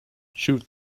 shoot